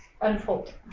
unfold